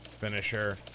finisher